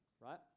right